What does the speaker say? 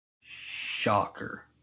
Shocker